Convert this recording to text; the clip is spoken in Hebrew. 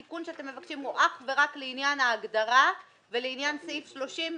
התיקון שאתם מבקשים הוא אך ורק לעניין ההגדרה ולעניין סעיף 30,